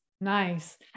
Nice